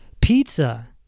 pizza